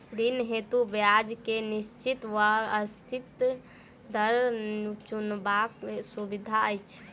ऋण हेतु ब्याज केँ निश्चित वा अस्थिर दर चुनबाक सुविधा अछि